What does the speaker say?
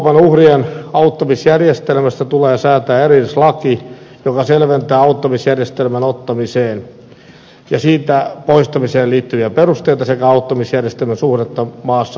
ihmiskaupan uhrien auttamisjärjestelmästä tulee säätää erillislaki joka selventää auttamisjärjestelmän ottamiseen ja siitä poistamiseen liittyviä perusteita sekä auttamisjärjestelmän suhdetta maassa oleskeluoikeuteen